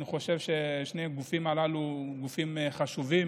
אני חושב ששני הגופים הללו הם גופים חשובים